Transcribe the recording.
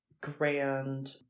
grand